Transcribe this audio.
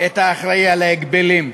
את האחראי להגבלים?